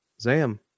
Zam